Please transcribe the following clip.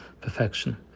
perfection